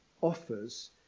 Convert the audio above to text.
offers